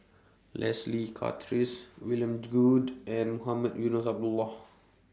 Leslie Charteris William Goode and Mohamed Eunos Abdullah